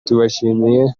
tubashimiye